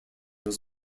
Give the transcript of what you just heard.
was